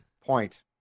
point